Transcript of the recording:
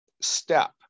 step